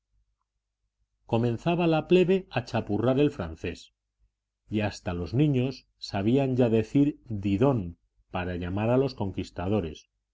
comenzaba la plebe a chapurrar el francés y hasta los niños sabían ya decir didon para llamar a los conquistadores